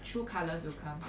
true colours will come